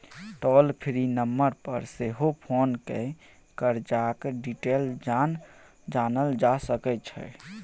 टोल free number पर सेहो phone कए करजाक डिटेल जानल जा सकै छै